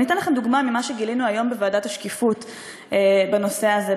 אני אתן לכם דוגמה למה שגילינו היום בוועדת השקיפות בנושא הזה,